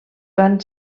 van